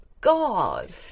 God